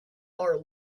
are